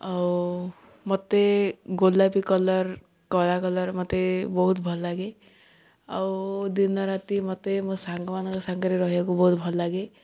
ଆଉ ମୋତେ ଗୋଲାପୀ କଲର୍ କଳା କଲର୍ ମୋତେ ବହୁତ ଭଲଲାଗେ ଆଉ ଦିନରାତି ମୋତେ ମୋ ସାଙ୍ଗମାନଙ୍କ ସାଙ୍ଗରେ ରହିବାକୁ ବହୁତ ଭଲଲାଗେ